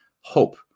hope